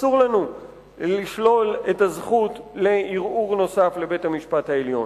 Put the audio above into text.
אסור לנו לשלול את הזכות לערעור נוסף לבית המשפט-העליון.